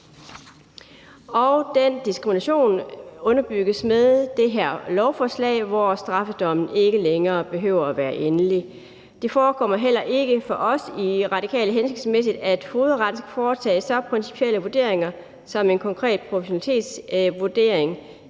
og den diskrimination underbygges med det her lovforslag, hvor straffedommen ikke længere behøver at være endelig. Det forekommer heller ikke for os i Radikale Venstre hensigtsmæssigt, at fogedretten skal foretage så principielle vurderinger som en konkret proportionalitetsvurdering